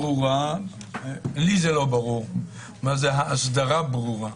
לי לא ברור מה זה "האסדרה ברורה".